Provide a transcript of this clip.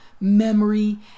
memory